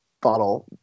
bottle